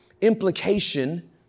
implication